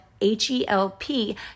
H-E-L-P